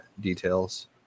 details